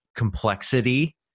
complexity